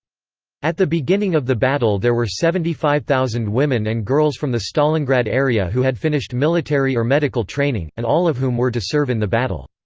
at the beginning of the battle there were seventy five thousand women and girls from the stalingrad area who had finished military or medical training, and all of whom were to serve in the battle.